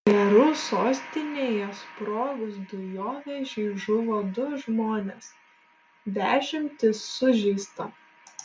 peru sostinėje sprogus dujovežiui žuvo du žmonės dešimtys sužeista